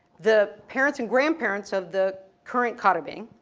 the parents and grandparents of the current cautabin,